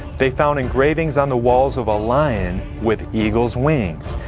they found engravings on the walls of a lion with eagle's wings.